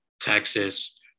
Texas